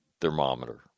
thermometer